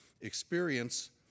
experience